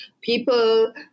people